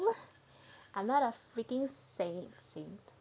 I am not a freaking sane person